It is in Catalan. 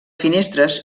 finestres